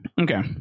okay